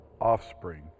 offspring